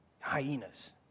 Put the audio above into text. hyenas